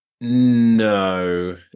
No